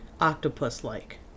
octopus-like